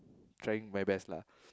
trying my best lah